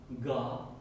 God